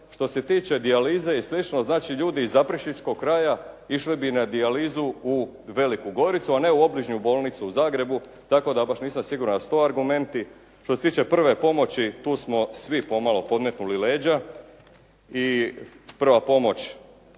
Što se tiče dijalize i slično, znači ljudi iz Zaprešićkog kraja išli bi na dijalizu u Veliku Goricu, a ne u obližnju bolnicu u Zagrebu, tako da baš ja nisam siguran da su to argumenti. Što se tiče prve pomoći, tu smo svi pomalo podmetnuli leđa i prva pomoć